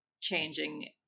changing